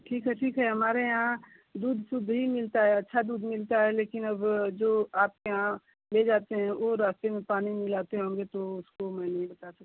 ठीक है ठीक है हमारे यहाँ दूध शुद्ध ही मिलता है अच्छा दूध मिलता है लेकिन अब जो आपके यहाँ ले जाते हैं ओ रास्ते में पानी मिलाते होंगे तो उसको मैं नहीं बता सकती